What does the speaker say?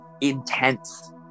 intense